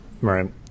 Right